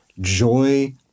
joy